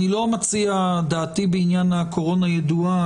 דעתי בעניין הקורונה ידועה,